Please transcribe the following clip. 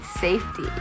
safety